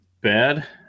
Bad